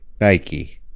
Nike